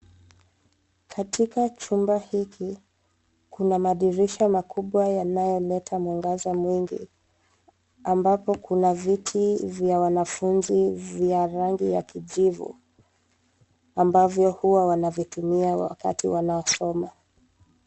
Katika chumba hiki kuna madirisha makubwa yanyoleta mwangaza mingi ambapo kuna viti vya wanafunzi vya rangi ya kijivu ambavyo huwa wana vitumia wakati wanaosoma.